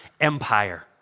empire